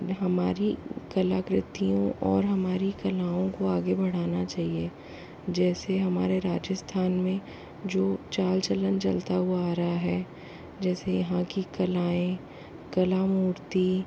हमारी कलाकृतियों और हमारी कलाओं को आगे बढ़ाना चाहिए जैसे हमारे राजस्थान में जो चाल चलन चलता हुआ आ रहा है जैसे यहाँ की कलाएँ कला मूर्ति